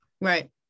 right